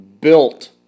built